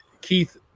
Keith